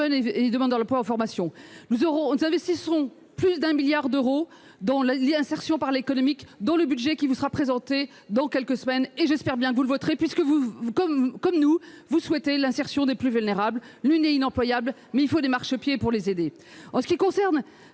000 demandeurs d'emploi seront en formation. Nous investissons plus de 1 milliard d'euros dans l'insertion par l'économique dans le cadre du budget qui vous sera présenté dans quelques semaines. J'espère que vous le voterez, puisque, comme nous, vous souhaitez l'insertion des plus vulnérables. Nul n'est inemployable, mais il faut des marchepieds pour certains. En ce qui concerne